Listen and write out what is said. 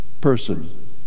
person